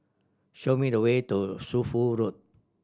show me the way to Shunfu Road